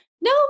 No